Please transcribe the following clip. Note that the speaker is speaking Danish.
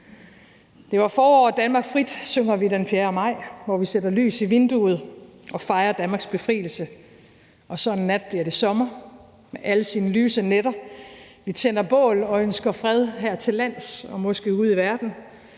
»Det var forår og Danmark frit«, synger vi den 4. maj, hvor vi sætter lys i vinduet og fejrer Danmarks befrielse, og så en nat bliver det sommer med alle sine lyse nætter. Vi tænder bål og ønsker fred her til lands og måske også ude i verden.